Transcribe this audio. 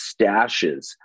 Stashes